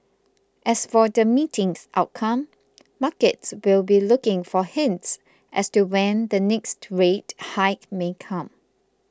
as for the meeting's outcome markets will be looking for hints as to when the next rate hike may come